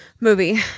movie